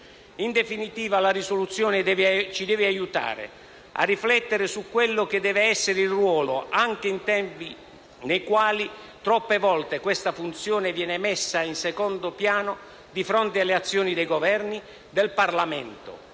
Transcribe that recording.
In definitiva, la risoluzione ci aiuta a riflettere su quello che deve essere il ruolo - anche in tempi nei quali troppe volte questa funzione viene messa in secondo piano di fronte alle azioni dei Governi - del Parlamento: